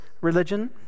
religion